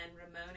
Ramona